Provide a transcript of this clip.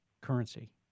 currency